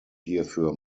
hierfür